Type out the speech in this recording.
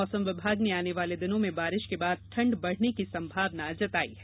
मौसम विभाग ने आने वाले दिनों में बारिश के बाद ठंड बढ़ने की संभावना जताई है